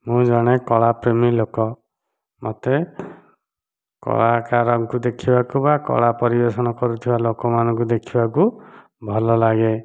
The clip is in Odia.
ମୁଁ ଜଣେ କଳା ପ୍ରେମୀ ଲୋକ ମୋତେ କଳାକାରଙ୍କୁ ଦେଖିବାକୁ ବା କଳା ପରିବେଷଣ କରୁଥିବା ଲୋକ ମାନଙ୍କୁ ଦେଖିବାକୁ ଭଲ ଲାଗେ